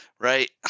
right